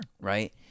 Right